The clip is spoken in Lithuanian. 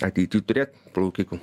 ateity turėt plaukikų